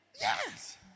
Yes